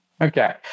Okay